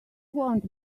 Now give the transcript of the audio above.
want